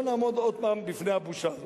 לא נעמוד עוד פעם בפני הבושה הזאת.